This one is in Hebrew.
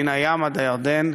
מן הים עד הירדן,